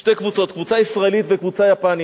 שתי קבוצות, קבוצה ישראלית וקבוצה יפנית.